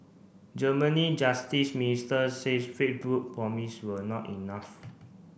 Germany justice minister says Facebook promise were not enough